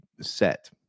set